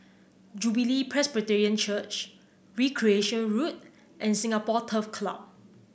Jubilee Presbyterian Church Recreation Road and Singapore Turf Club